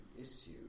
issue